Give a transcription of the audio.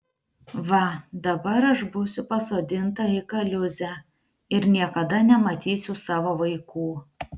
va dabar aš būsiu pasodinta į kaliūzę ir niekada nematysiu savo vaikų